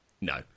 no